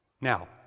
Now